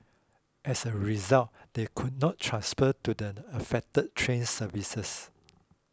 as a result they could not transfer to the affected train services